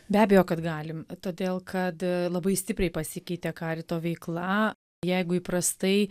be abejo kad galim todėl kad labai stipriai pasikeitė karito veikla jeigu įprastai